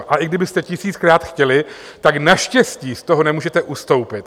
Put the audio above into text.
A i kdybyste tisíckrát chtěli, tak naštěstí z toho nemůžete ustoupit.